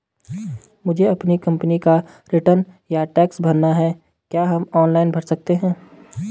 मुझे अपनी कंपनी का रिटर्न या टैक्स भरना है क्या हम ऑनलाइन भर सकते हैं?